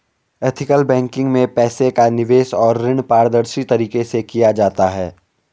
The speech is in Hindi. एथिकल बैंकिंग में पैसे का निवेश और ऋण पारदर्शी तरीके से किया जाता है